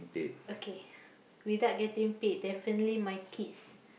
okay without getting paid definitely my kids